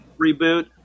reboot